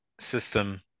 system